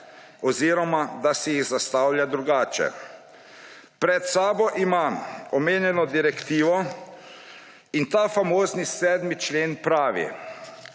oziroma da si jih zastavlja drugače. Pred sabo imam omenjeno direktivo in ta famozni 7. člen pravi: